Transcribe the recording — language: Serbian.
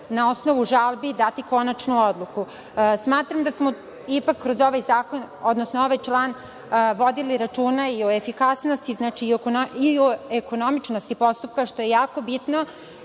na osnovu žalbi dati konačnu odluku. Smatram da smo ipak kroz ovaj zakon, odnosno ovaj član, vodili računa i o efikasnosti i ekonomičnosti postupka, što je jako bitno.